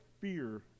fear